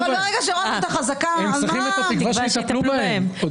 אבל ברגע שהורדת את החזקה -- הם צריכים את התקווה שיטפלו בהם.